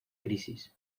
crisis